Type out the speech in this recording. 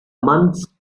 months